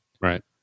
Right